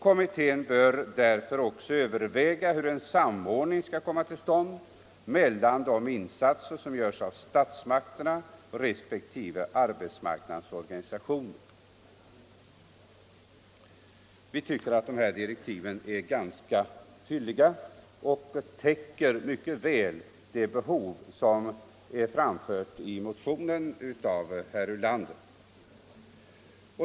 Kommittén bör därför också överväga hur en samordning skall komma till stånd mellan de insatser som görs av statsmakterna resp. arbetsmarknadens organisationer.” Vi tycker att dessa direktiv är ganska fylliga och mycket väl täcker det behov som angivits i motionen av herr Ulander.